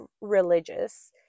religious